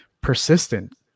persistent